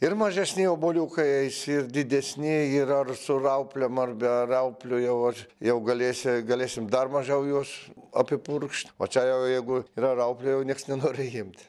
ir mažesni obuoliukai eis ir didesni ir ar su rauplėm ar be rauplių jau aš jau galėsiu galėsim dar mažiau juos apipurkšt va čia jau jeigu yra rauplių jau nieks nenori imt